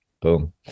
boom